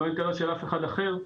ולא אינטרס של אף אחד אחר,